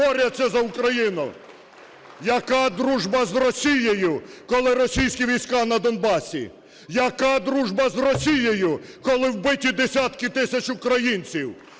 борються за Україну. Яка дружба з Росією, коли російські війська на Донбасі? Яка дружба з Росією, коли вбиті десятки тисяч українців?